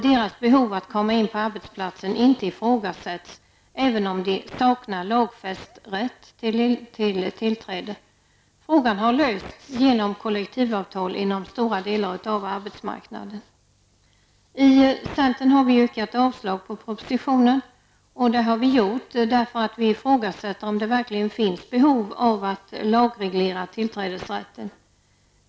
Deras behov av att komma in på arbetsplatsen ifrågasätts inte, även om de saknar lagfäst rätt till tillträde. Frågan har inom stora delar av arbetsmarknaden lösts genom kollektivavtal. Vi i centern har yrkat avslag på propositionen, eftersom vi ifrågasätter om det verkligen finns ett behov av att lagreglera tillträdesrätten.